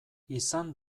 izan